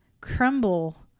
crumble